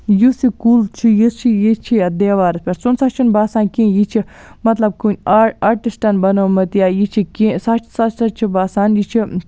یُس یہِ کُل چھُ یُس یہِ چھُ یَتھ دیوارَس پٮ۪ٹھ سُہ نسا چھُنہٕ باسان کہِ یہِ چھُ مطلب کُنہِ آرٹ آٹِسٹَن بَنومُت یا یہِ چھُ کینٛہہ سۄ سۄ چھُ باسان یہِ چھُ